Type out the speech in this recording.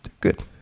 good